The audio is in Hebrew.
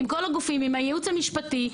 עם הייעוץ המשפטי.